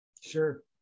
Sure